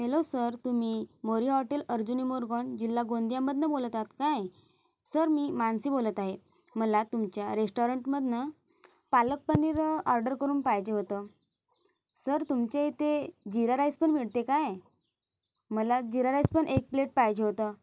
hello sir तुम्ही Morya hotel Arjuni Morgaon जिल्हा गोंदियामधनं बोलत आहात काय सर मी मानसी बोलत आहे मला तुमच्या रेस्टोरंटमधनं पालक पनीर ऑर्डर करून पाहिजे होतं सर तुमच्या इथे जिरा राईसपण मिळते काय मला जिरा राईसपण एक प्लेट पाहिजे होतं